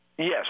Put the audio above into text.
yes